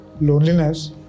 loneliness